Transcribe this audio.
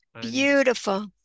beautiful